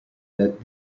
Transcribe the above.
that